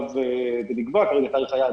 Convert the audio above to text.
תאריך היעד